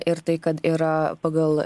ir tai kad yra pagal